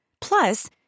Plus